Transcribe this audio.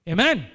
Amen